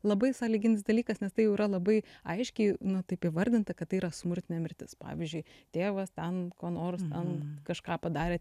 labai sąlyginis dalykas nes tai jau yra labai aiškiai nu taip įvardinta kad tai yra smurtinė mirtis pavyzdžiui tėvas ten kuo nors ten kažką padarė